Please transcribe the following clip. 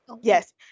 Yes